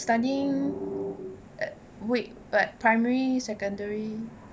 studying at which like primary secondary